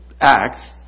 Acts